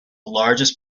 largest